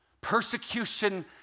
Persecution